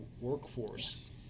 workforce